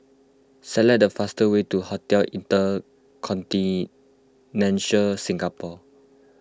select the fast way to Hotel Inter Continental Singapore